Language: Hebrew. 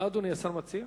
מה אדוני השר מציע?